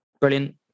brilliant